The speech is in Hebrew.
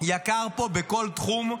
יקר פה בכל תחום,